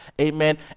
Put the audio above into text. Amen